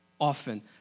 often